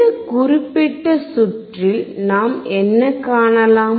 இந்த குறிப்பிட்ட சுற்றில் நாம் என்ன காணலாம்